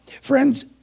friends